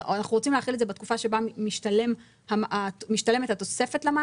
אנחנו רוצים להחיל את זה בתקופה שבה משתלמת התוספת למענק?